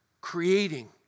Creating